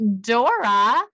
Dora